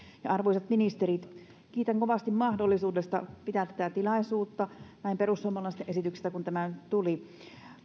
arvoisat ministerit kiitän kovasti mahdollisuudesta pitää pitää tämä tilaisuus näin perussuomalaisten esityksestä kun tämä tuli